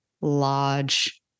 large